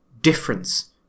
difference